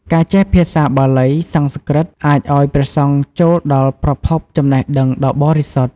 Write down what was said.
ការចេះភាសាភាសាបាលី-សំស្ក្រឹត អាចឱ្យព្រះសង្ឃចូលដល់ប្រភពចំណេះដឹងដ៏បរិសុទ្ធ។